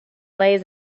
lays